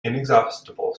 inexhaustible